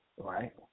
Right